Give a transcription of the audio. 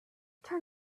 turn